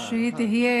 לא עיכבנו את זה.